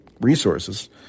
resources